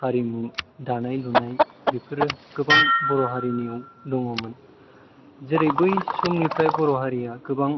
हारिमु दानाय लुनाय बेफोरो गोबां बर' हारिनियाव दङमोन जेरै बै समनिफ्राय बर' हारिया गोबां